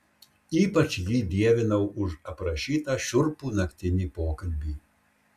ypač jį dievinau už aprašytą šiurpų naktinį pokalbį